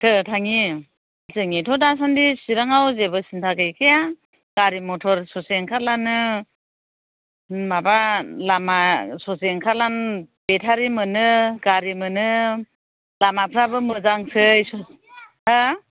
थौ थांनि जोंनियाथ' दासान्दि चिराङाव जेबो सिन्था गैखाया गारि मथर ससे ओंखारब्लानो माबा लामा ससे ओंखारब्लानो बेथारि मोनो गारि मोनो लामाफोराबो मोजांसै हा